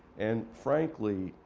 and, frankly,